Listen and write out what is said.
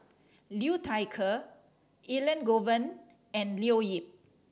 Liu Thai Ker Elangovan and Leo Yip